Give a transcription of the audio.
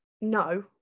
no